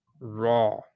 Raw